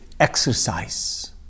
exercise